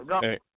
hey